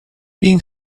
being